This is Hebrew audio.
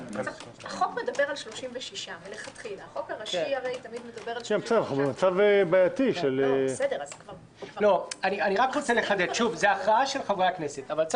החוק הראשי מדבר על 36. זו הכרעה של חברי הכנסת אבל יש